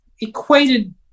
equated